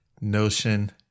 Notion